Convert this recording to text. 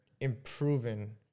improving